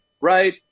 right